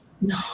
No